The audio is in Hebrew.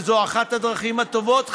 וזו אחת הדרכים הטובות,